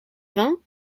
vingt